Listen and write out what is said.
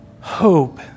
hope